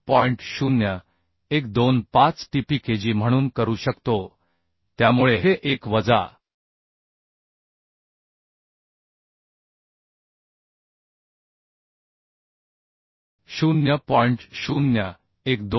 0125 tPkg म्हणून करू शकतो त्यामुळे हे 1 वजा 0